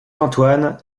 antoine